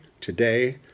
today